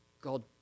God